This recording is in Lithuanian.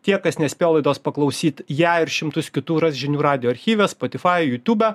tie kas nespėjo laidos paklausyti ją ir šimtus kitų ras žinių radijo archyve spotify jutube